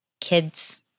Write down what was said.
kids